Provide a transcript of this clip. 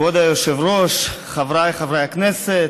כבוד היושב-ראש, חבריי חברי הכנסת,